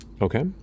Okay